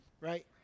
Right